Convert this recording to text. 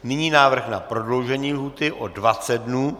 Nyní návrh na prodloužení lhůty o 20 dnů.